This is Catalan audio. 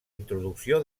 introducció